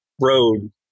road